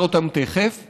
ואומר אותן תכף,